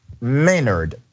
Maynard